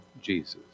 Jesus